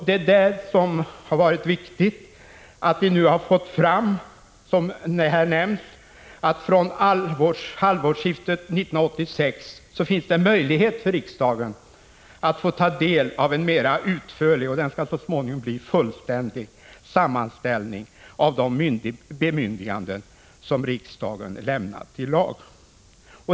Det som har varit viktigt är att vi nu har fått fram, vilket här nämns, att det från halvårsskiftet 1986 finns möjlighet för riksdagen att ta del av en mer utförlig sammanställning, som så småningom skall bli fullständig, av de bemyndiganden som riksdagen lämnat i lag.